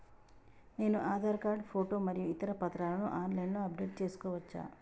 నేను Aadhaar card photo మరియు ఇతర పత్రాలను ఆన్ లైన్ అప్ డెట్ చేసుకోవచ్చా?